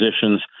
positions